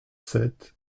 sept